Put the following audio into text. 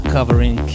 Covering